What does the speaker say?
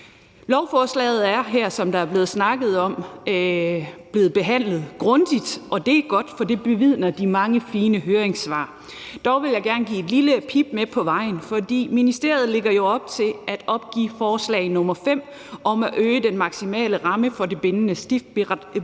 Lovforslaget her er, som der er blevet snakket om, blevet behandlet grundigt, og det er godt, for det bevidner de mange fine høringssvar. Dog vil jeg gerne give et lille pip med på vejen, for ministeriet lægger jo op til at opgive forslag nr. 5 om at øge den maksimale ramme for det bindende stiftsbidrag